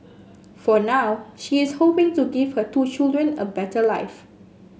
for now she is hoping to give her two children a better life